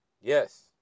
Yes